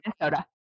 Minnesota